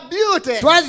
beauty